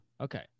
Okay